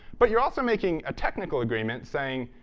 but you're also making a technical agreement saying,